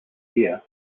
here